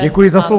Děkuji za slovo.